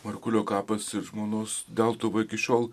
markulio kapas ir žmonos deltuvoj iki šiol